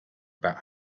about